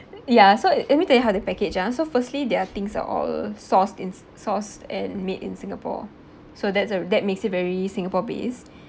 ya so let let me tell you how to package ah so firstly their things are all sourced in si~ sourced and made in singapore so that's a r~ that makes it very singapore-based